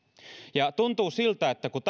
tuntuu siltä että kun